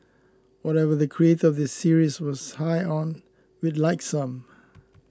whatever the creator of this series was high on we'd like some